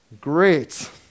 Great